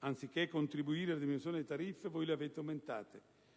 Anziché contribuire alla diminuzione delle tariffe voi le avete aumentate.